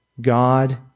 God